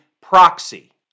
proxy